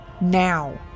Now